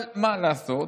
אבל מה לעשות